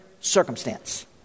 circumstance